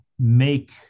make